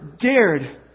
dared